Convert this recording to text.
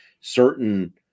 certain